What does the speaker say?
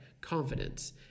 confidence